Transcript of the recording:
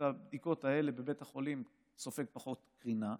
הבדיקות האלה בבית החולים סופג פחות קרינה,